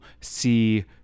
see